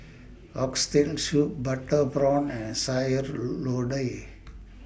Oxtail Soup Butter Prawns and Sayur load Lodeh